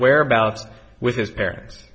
whereabouts with his parents